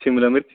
ਸ਼ਿਮਲਾ ਮਿਰਚ